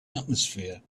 atmosphere